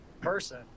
person